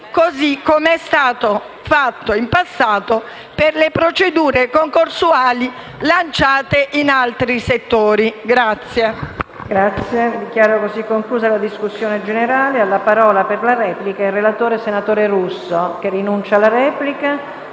così come è stato fatto in passato per le procedure concorsuali lanciate in altri settori.